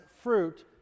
fruit